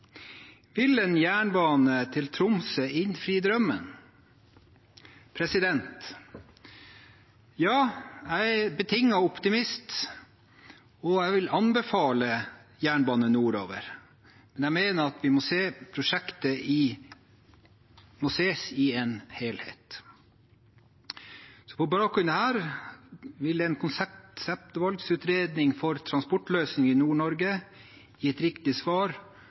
Vil en jernbane til Tromsø innfri drømmen? Ja – jeg er betinget optimist, og jeg vil anbefale jernbane nordover. Men jeg mener at prosjektet må ses i en helhet. På denne bakgrunnen vil en konseptvalgutredning for transportløsninger i Nord-Norge gi et riktig svar,